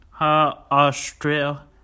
Australia